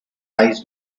eyes